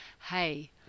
hey